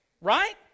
right